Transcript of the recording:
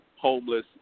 homeless